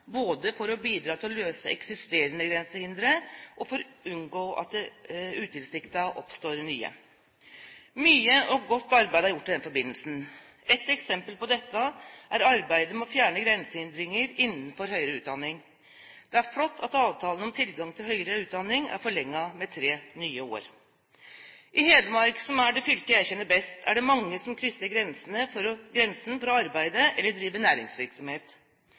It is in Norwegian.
både for å bidra til å løse eksisterende grensehindre og for å unngå at det utilsiktet oppstår nye. Mye og godt arbeid er gjort i den forbindelse. Et eksempel på dette er arbeidet med å fjerne grensehindringer innenfor høyere utdanning. Det er flott at avtalen om tilgang til høyere utdanning er forlenget med tre nye år. I Hedmark, som er det fylket jeg kjenner best, er det mange som krysser grensen for å arbeide eller drive næringsvirksomhet.